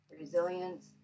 resilience